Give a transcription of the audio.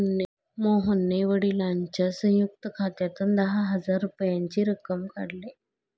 मोहनने वडिलांच्या संयुक्त खात्यातून दहा हजाराची रक्कम काढली